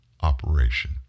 operation